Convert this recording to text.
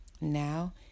Now